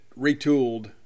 retooled